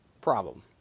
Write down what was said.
problem